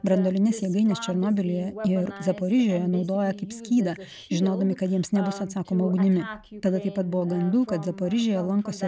branduolines jėgaines černobylyje ir zaporižėje naudoja kaip skydą žinodami kad jiems nebus atsakoma ugnimi tada taip pat buvo gandų kad zaporižėje lankosi